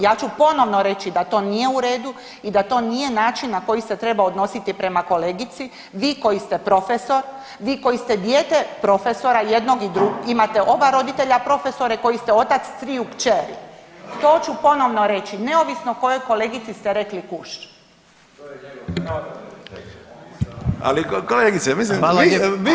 Ja ću ponovno reći da to nije u redu i da to nije način na koji se treba odnositi prema kolegici vi koji ste profesor, vi koji ste dijete profesora imate oba roditelja profesore, koji ste otac triju kreći to ću ponovno reći neovisno kojoj kolegici ste rekli „kuš“